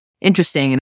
interesting